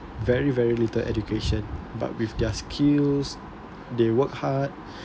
very very little education but with their skills they work hard